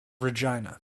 regina